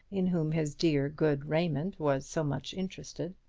in whom his dear good raymond was so much interested.